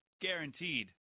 Guaranteed